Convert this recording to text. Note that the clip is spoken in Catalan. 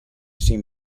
cinc